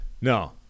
No